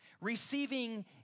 receiving